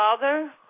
father